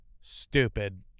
stupid